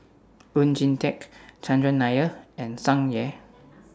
Oon Jin Teik Chandran Nair and Tsung Yeh